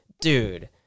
Dude